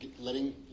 letting